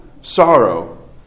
sorrow